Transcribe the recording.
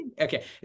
Okay